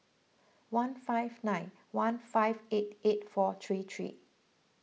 one five nine one five eight eight four three three